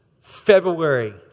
February